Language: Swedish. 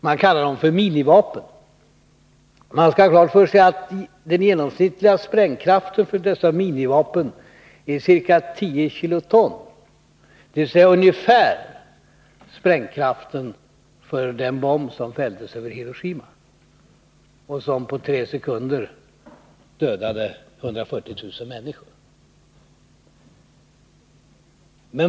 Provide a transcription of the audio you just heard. De kallas för minivapen, men man skall ha klart för sig att den genomsnittliga sprängkraften för dessa minivapen är ca 10 kiloton, dvs. ungefär sprängkraften för den bomb som fälldes över Hiroshima och som på tre sekunder dödade 140 000 människor.